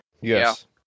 Yes